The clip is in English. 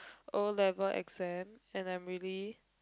O level exam and I'm really